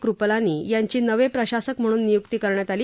कृपलानी यांची नवे प्रशासक म्हणून नियुक्ती करण्यात आली